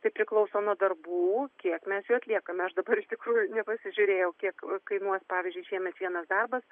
tai priklauso nuo darbų kiek mes jų atliekame aš dabar iš tikrųjų nepasižiūrėjau kiek kainuos pavyzdžiui šiemet vienas darbas